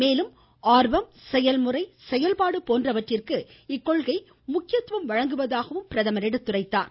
மேலும் ஆர்வம் செயல்முறை செயல்பாடு போன்றவற்றிற்கு இக்கொள்கை முக்கியத்துவம் வழங்குவதாகவும் அவர் எடுத்துரைத்தார்